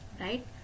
right